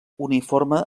uniforme